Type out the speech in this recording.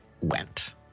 went